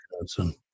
Wisconsin